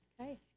Okay